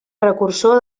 precursor